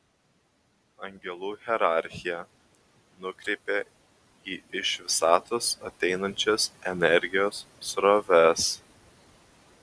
angelų hierarchija nukreipia į iš visatos ateinančias energijos sroves